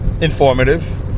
Informative